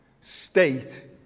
state